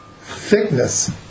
thickness